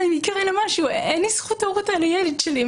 אם יקרה לה משהו אין לי זכות הורות על הילד שלי.